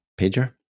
pager